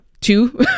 two